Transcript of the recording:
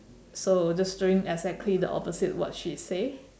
so just doing the exactly the opposite what she say